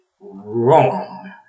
wrong